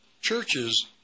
churches